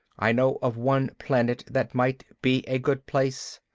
i know of one planet that might be a good place.